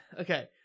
okay